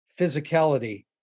physicality